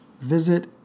visit